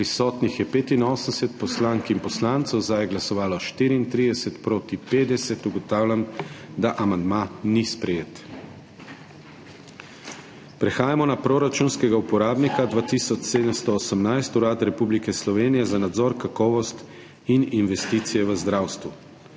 za je glasovalo 30, proti 50. (Za je glasovalo 30.) (Proti 50.) Ugotavljam, da amandma ni sprejet. Prehajamo na proračunskega uporabnika 2718 Urad Republike Slovenije za nadzor, kakovost in investicije v zdravstvu.